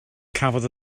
cafodd